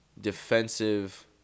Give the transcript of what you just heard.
defensive